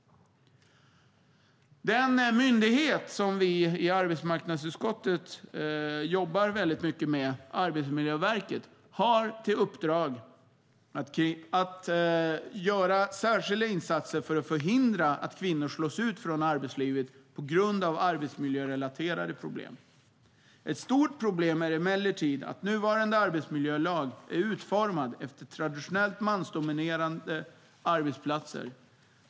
Den myndighet som vi i arbetsmarknadsutskottet jobbar mycket med, Arbetsmiljöverket, har i uppdrag att göra särskilda insatser för att förhindra att kvinnor slås ut från arbetslivet på grund av arbetsmiljörelaterade problem. Ett stort problem är emellertid att nuvarande arbetsmiljölag är utformad efter traditionellt mansdominerade arbetsplatser.